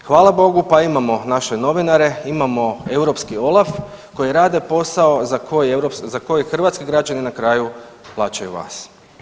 Hvala Bogu pa imamo naše novinare, imamo europski OLAF koji rade posao za koji hrvatski građani na kraju plaćaju vas.